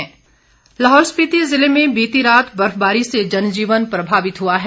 बर्फबारी लाहौल स्पिति ज़िले में बीती रात बर्फबारी से जनजीवन प्रभावित हुआ है